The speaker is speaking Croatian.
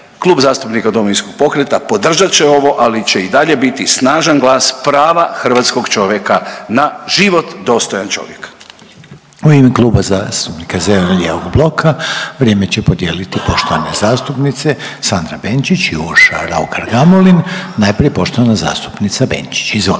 Klub zastupnika Domovinskog pokreta podržat će ovo, ali će i dalje biti snažan glas prava hrvatskog čovjeka na život dostojan čovjeka. **Reiner, Željko (HDZ)** U ime Kluba zastupnika zeleno-lijevog bloka vrijeme će podijeliti poštovane zastupnice Sandra Benčić i Urša Raukar Gamulin, najprije poštovana zastupnica Benčić. Izvolite.